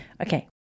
Okay